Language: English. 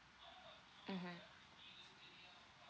mmhmm